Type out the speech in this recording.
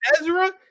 Ezra